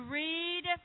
read